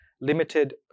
limited